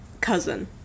cousin